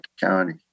county